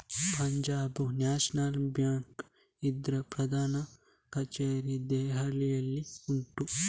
Punjab national bank ಇದ್ರ ಪ್ರಧಾನ ಕಛೇರಿ ದೆಹಲಿಯಲ್ಲಿ ಉಂಟು